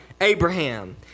Abraham